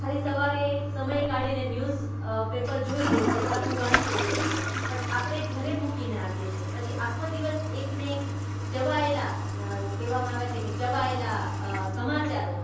ખાલી સવારે સમય કાઢીને ન્યુઝ પેપર જોઈ લઈએ છે છાપું વાંચી લઈએ છે પણ આપણે ઘરે મૂકીને આવીએ છે પછી આખો દિવસ એક ને એક ચવાયેલા કહેવામાં આવે છે કે ચવાયેલા સમાચારો